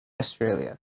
Australia